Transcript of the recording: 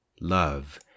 love